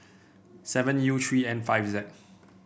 seven U three N five Z